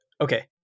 Okay